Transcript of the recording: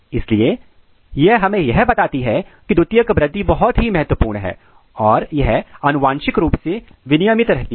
इसलिए यह हमें यह बताती है कि द्वितीयक वृद्धि बहुत ही महत्वपूर्ण है और यह अनुवांशिक रूप से विनियमित रहती है